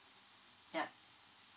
yeah